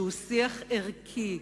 שהוא שיח ערכי,